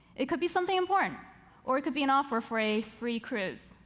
it could be something important or it could be an offer for a free cruise.